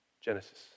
Genesis